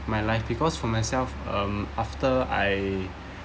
my life because for myself um after I